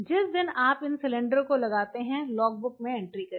जिस दिन आप इन सिलिंडरों को लगते हैं लॉग बुक करें